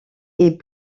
est